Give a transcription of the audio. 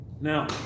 Now